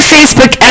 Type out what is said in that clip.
Facebook